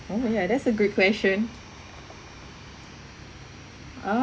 oh yeah that's a good question